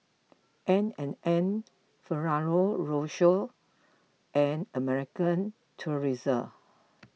N and N Ferrero Rocher and American Tourister